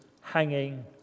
hanging